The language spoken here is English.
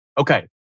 Okay